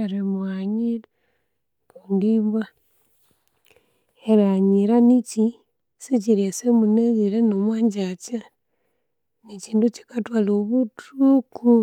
erimughanyira kundi ibwa erighanyira nichi? Sichiryasa munabwire no'mwanjakya nekindu ekikatwala obuthuku.